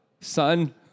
son